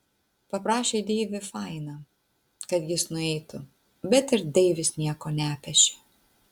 paprašė deivį fainą kad jis nueitų bet ir deivis nieko nepešė